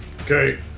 Okay